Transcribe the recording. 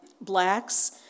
blacks